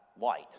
light